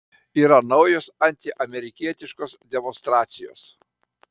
yra naujos antiamerikietiškos demonstracijos